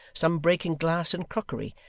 some breaking glass and crockery,